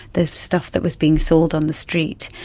the stuff that was being sold on the street.